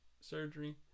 Surgery